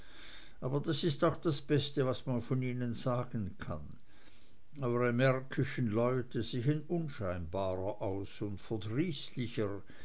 aber das ist auch das beste was man von ihnen sagen kann eure märkischen leute sehen unscheinbarer aus und